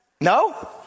no